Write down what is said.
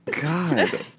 God